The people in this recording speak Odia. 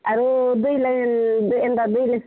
ଆରୁ ଏନ୍ତା ଦେଲେ